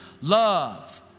Love